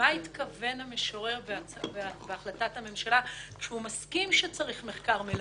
למה התכוון המשורר בהחלטת הממשלה כשהוא מסכים שצריך מחקר מלווה?